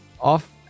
off